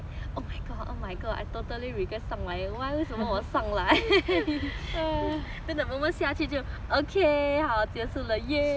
why 为什么我上来 then the moment 下去就 okay 好结束了 !yay! 不要再上来了